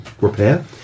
repair